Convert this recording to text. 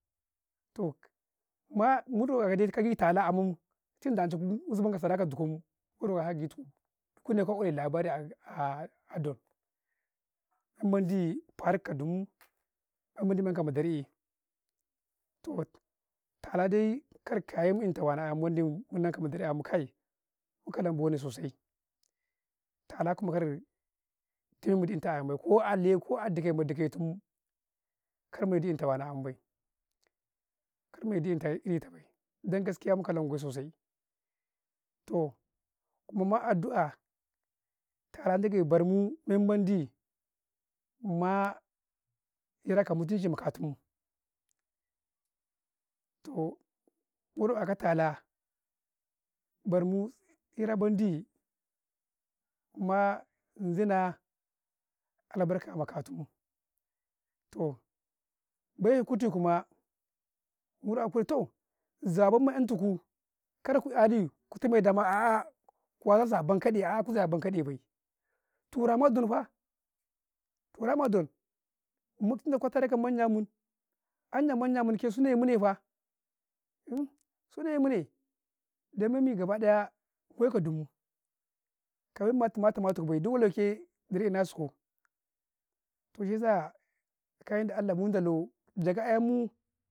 ﻿toh ma, mudai 'yakau doi kagi tala ma amuu, tunda ancai mun zabanka sara ka dukku, mura3aka agyitiku, kunekau'ee labari adon men mendi farikau ka dumuu, men mendikau adare'eh, toh talaa dai kar kaye mu enta wanau ayan 'yenka madareh kai, mu kalan bane sosai, tala kuma kar taytu inta aye bai, ko a lewu ko a dike ma dukemum kar medi wanau, ayan bay, kar medi ita bay, dan gaskiya mukalan fau sosai, toh mumaa addu'ah tala, barmu tsira mendii ma zinaa albarka makatumu, toh bay kuti kuma, muda kai toh zawabem man iyam'tuku kar ku kyali ku tomai da a'aah, waya kasu a banka ɗee a'ah waya kasu a banka ɗe bay, to mara donfaa, toh mara don ,mudtundakuka taruka manya, anya mun su nemune faa, su ne mune domin min gaba ɗ aya eh ka dumuu kayat dama tama tuku bay, dulakke dar'3ye na suko, toh shi yasa tsakani da allah mun dalau jagaa 'yemmuu.